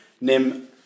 Nim